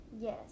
Yes